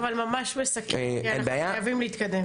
אבל ממש מסכם כי אנחנו חייבים להתקדם.